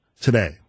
today